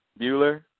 Bueller